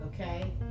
okay